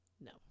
No